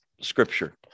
Scripture